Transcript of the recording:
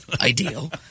Ideal